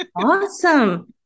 Awesome